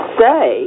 say